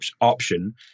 option